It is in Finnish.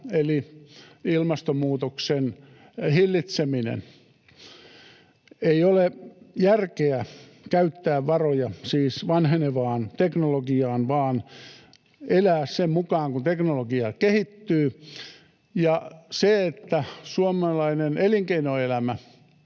eli ilmastonmuutoksen hillitseminen. Ei ole siis järkeä käyttää varoja vanhenevaan teknologiaan vaan elää sen mukaan kuin teknologia kehittyy. Sitä, että suomalainen elinkeinoelämä